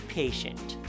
patient